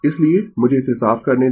इसलिए मुझे इसे साफ करने दें